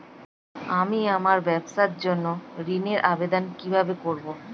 আমি আমার ব্যবসার জন্য ঋণ এর আবেদন কিভাবে করব?